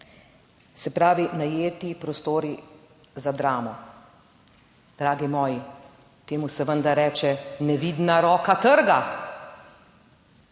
Se pravi, najeti prostori za Dramo. Dragi moji, temu se menda reče nevidna roka trga.